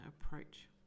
approach